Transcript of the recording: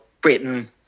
Britain